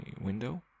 window